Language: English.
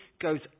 goes